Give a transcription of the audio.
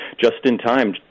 just-in-time